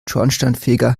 schornsteinfeger